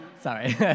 Sorry